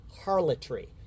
harlotry